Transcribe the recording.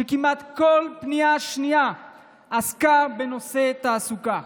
שכמעט כל פנייה שנייה עסקה בנושא תעסוקה.